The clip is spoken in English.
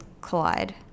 collide